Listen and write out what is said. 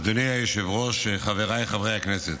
אדוני היושב-ראש, חבריי חברי הכנסת,